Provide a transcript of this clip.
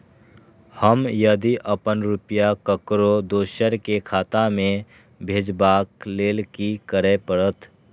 हम यदि अपन रुपया ककरो दोसर के खाता में भेजबाक लेल कि करै परत?